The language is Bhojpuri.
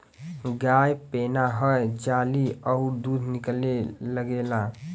गाय पेनाहय जाली अउर दूध निकले लगेला